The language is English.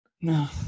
No